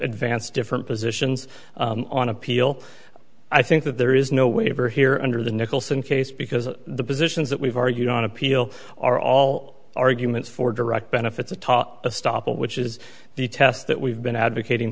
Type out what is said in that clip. advanced different positions on appeal i think that there is no waiver here under the nicholson case because the positions that we've argued on appeal are all arguments for direct benefits are taught to stop which is the test that we've been advocating